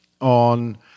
on